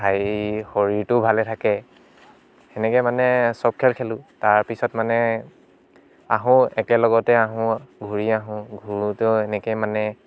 শৰীৰটো ভালে থাকে সেনেকৈ মানে চব খেল খেলোঁ তাৰ পিছত মানে আহোঁ একেলগতে আহোঁ ঘূৰি আহোঁ ঘূৰোঁতেও সেনেকৈ মানে